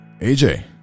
AJ